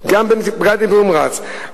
גם בטיפול נמרץ.